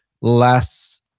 less